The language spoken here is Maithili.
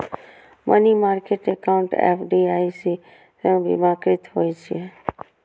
मनी मार्केट एकाउंड एफ.डी.आई.सी सं बीमाकृत होइ छै